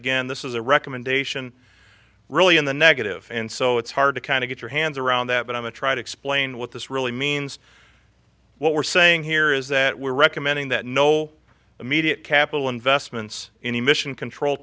again this is a recommendation really in the negative and so it's hard to kind of get your hands around that but i'm a try to explain what this really means what we're saying here is that we're recommending that no immediate capital investments in emission control